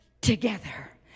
Together